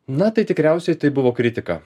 na tai tikriausiai tai buvo kritika